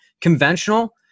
Conventional